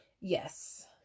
yes